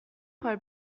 خوای